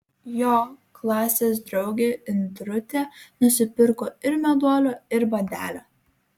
jo klasės draugė indrutė nusipirko ir meduolio ir bandelę